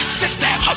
system